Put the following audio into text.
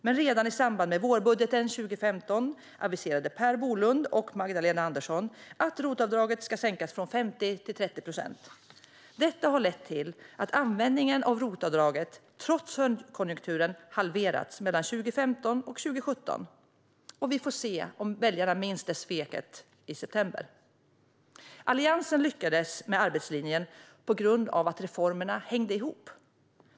Men redan i samband med vårbudgeten 2015 aviserade Per Bolund och Magdalena Andersson att ROT-avdraget skulle sänkas från 50 till 30 procent. Detta har lett till att användningen av ROT-avdraget trots högkonjunkturen har halverats mellan 2015 och 2017. Vi får se om väljarna minns detta svek i september. Alliansen lyckades med arbetslinjen på grund av att reformerna hängde ihop.